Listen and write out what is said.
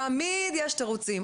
תמיד יש תירוצים.